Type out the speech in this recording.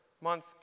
month